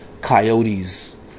Coyotes